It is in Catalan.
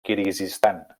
kirguizistan